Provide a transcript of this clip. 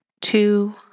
two